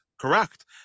correct